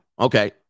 okay